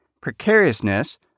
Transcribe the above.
precariousness